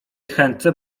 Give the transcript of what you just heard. chętce